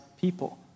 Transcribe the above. people